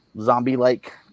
zombie-like